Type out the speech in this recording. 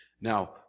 Now